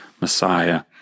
Messiah